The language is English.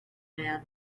man